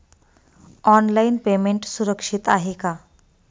Online payment सुरक्षित आहे का?